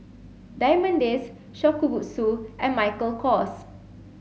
Diamond Days Shokubutsu and Michael Kors